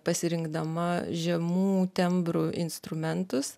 pasirinkdama žemų tembrų instrumentus